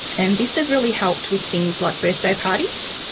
and this has really helped with things like birthday parties.